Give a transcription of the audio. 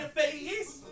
face